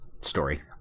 story